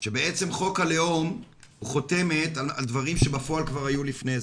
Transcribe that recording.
שבעצם חוק הלאום הוא חותמת על דברים שבפועל כבר היו לפני זה.